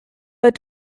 but